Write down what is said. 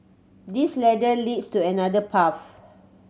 this ladder leads to another path